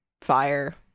fire